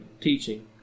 teaching